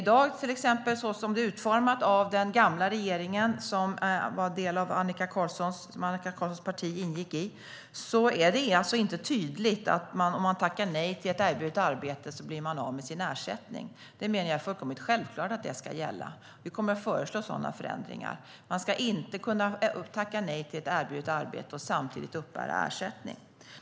Som det i dag är utformat av den gamla regeringen, som Annika Qarlssons parti ingick i, är det till exempel inte tydligt att om man tackar nej till ett erbjudet arbete blir man av med sin ersättning. Jag menar att det är fullkomligt självklart att det ska gälla. Vi kommer att föreslå sådana förändringar. Man ska inte kunna tacka nej till ett erbjudet arbete och samtidigt uppbära ersättning.